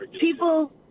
People